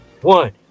one